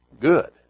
good